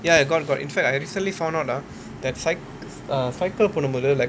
ya got got in fact I recently found out ah that cycl~ uh cycle பண்ணும்போது:pannumpothu like